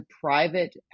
private